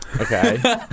Okay